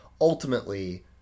ultimately